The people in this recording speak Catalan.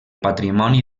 patrimoni